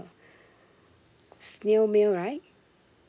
snail mail right